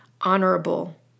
honorable